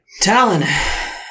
Talon